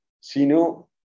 sino